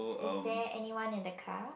is there anyone in the car